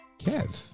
Kev